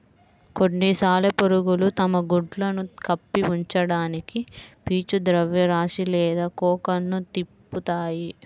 కొన్ని సాలెపురుగులు తమ గుడ్లను కప్పి ఉంచడానికి పీచు ద్రవ్యరాశి లేదా కోకన్ను తిప్పుతాయి